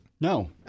No